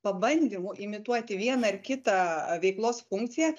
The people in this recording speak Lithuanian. pabandymų imituoti vieną ar kitą veiklos funkciją